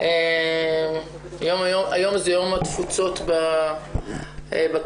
היום זה יום התפוצות בכנסת.